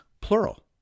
plural